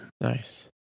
Nice